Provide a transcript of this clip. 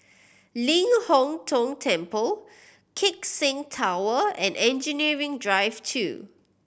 Ling Hong Tong Temple Keck Seng Tower and Engineering Drive Two